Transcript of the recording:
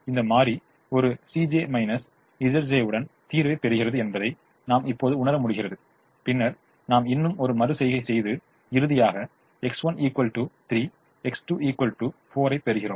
இந்த மாறி ஒரு உடன் தீர்வை பெறுகிறது என்பதை இப்போது நாம் உணர முடிகிறது பின்னர் நாம் இன்னும் ஒரு மறு செய்கை செய்து இறுதியாக X1 3 X2 4 ஐப் பெறுகிறோம்